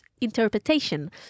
interpretation